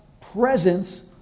presence